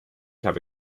habe